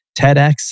TEDx